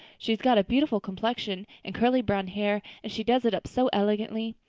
she's got a beautiful complexion and curly brown hair and she does it up so elegantly.